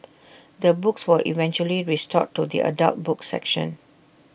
the books were eventually restored to the adult books section